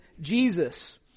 Jesus